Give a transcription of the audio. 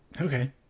Okay